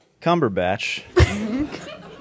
cumberbatch